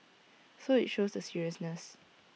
so IT shows the seriousness